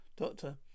Doctor